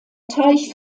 teich